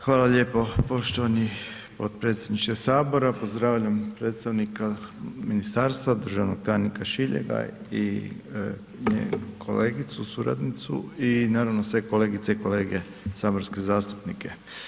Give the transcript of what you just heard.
Hvala lijepo poštovani potpredsjedniče Sabora, pozdravljam predstavnika ministarstva, državnog tajnika Šiljega i njegovu kolegicu, suradnicu i naravno sve kolegice i kolege saborske zastupnike.